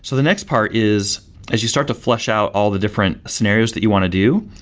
so the next part is as you start to flesh out all the different scenarios that you want to do,